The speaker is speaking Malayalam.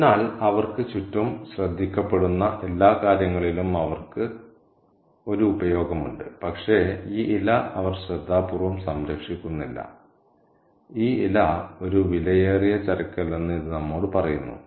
അതിനാൽ അവർക്ക് ചുറ്റും ശ്രദ്ധിക്കപ്പെടുന്ന എല്ലാ കാര്യങ്ങളിലും അവൾക്ക് ഒരു ഉപയോഗമുണ്ട് പക്ഷേ ഈ ഇല അവൾ ശ്രദ്ധാപൂർവ്വം സംരക്ഷിക്കുന്നില്ല ഈ ഇല ഒരു വിലയേറിയ ചരക്കല്ലെന്ന് ഇത് നമ്മോട് പറയുന്നു